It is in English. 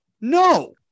No